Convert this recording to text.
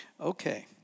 Okay